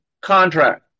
contract